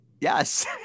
Yes